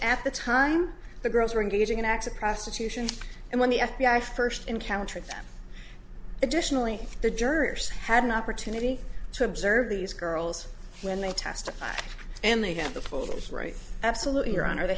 at the time the girls were engaging in acts of prostitution and when the f b i first encountered them additionally the jurors had an opportunity to observe these girls when they testify and they have the folders right absolutely your honor they